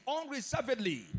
unreservedly